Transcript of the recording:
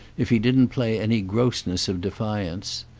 if he didn't play any grossness of defiance.